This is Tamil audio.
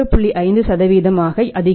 5 ஆக அதிகரிக்கும்